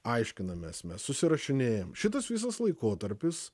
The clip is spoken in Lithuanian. aiškinamės mes susirašinėjam šitas visas laikotarpis